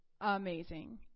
amazing